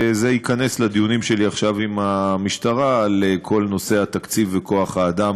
וזה ייכנס לדיונים שלי עכשיו עם המשטרה על כל נושא התקציב וכוח-האדם